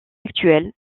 actuelle